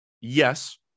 yes